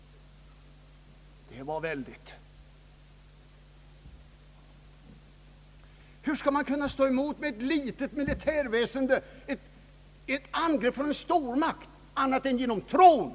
Det var väldigt! Hur skall man med ett litet militärväsende kunna stå emot ett angrepp från en stormakt annat än genom tron?